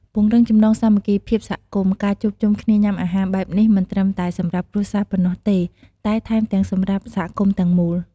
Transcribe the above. ពង្រឹងចំណងសាមគ្គីភាពសហគមន៍ ការជួបជុំគ្នាញ៉ាំអាហារបែបនេះ មិនត្រឹមតែសម្រាប់គ្រួសារប៉ុណ្ណោះទេ តែថែមទាំងសម្រាប់សហគមន៍ទាំងមូល។